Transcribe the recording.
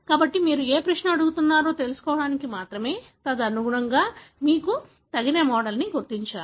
కాబట్టి మీరు ఏ ప్రశ్న అడుగుతున్నారో తెలుసుకోవడానికి మాత్రమే తదనుగుణంగా మీరు తగిన మోడల్ను గుర్తించాలి